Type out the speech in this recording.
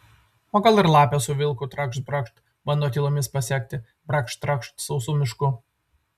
o gal ir lapė su vilku trakšt brakšt bando tylomis pasekti brakšt trakšt sausu mišku